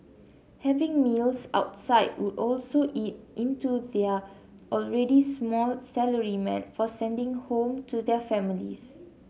having meals outside would also eat into their already small salary meant for sending home to their families